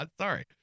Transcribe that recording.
Sorry